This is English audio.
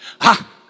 Ha